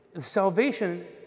salvation